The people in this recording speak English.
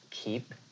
keep